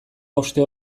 hauste